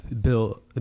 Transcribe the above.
Bill